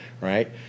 Right